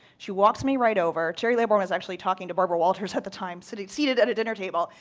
she walks me right over, gerry laybourne was actually talking to barbara walters at the time seated seated at a dinner table,